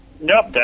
Nope